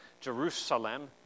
Jerusalem